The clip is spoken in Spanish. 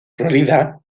florida